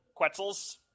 Quetzals